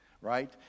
right